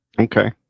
Okay